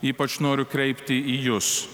ypač noriu kreipti į jus